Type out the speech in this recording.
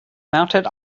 mounted